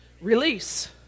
Release